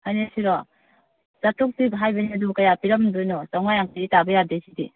ꯍꯥꯏꯅꯦꯛꯁꯤꯔꯣ ꯆꯥꯇ꯭ꯔꯨꯛꯇꯤ ꯍꯥꯏꯕꯅꯦ ꯑꯗꯨ ꯀꯌꯥ ꯄꯤꯔꯝꯗꯣꯏꯅꯣ ꯆꯥꯝꯃꯉꯥ ꯌꯥꯡꯈꯩꯗꯒꯤꯗꯤ ꯇꯥꯕ ꯌꯥꯗꯦ ꯁꯤꯗꯤ